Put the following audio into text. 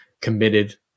committed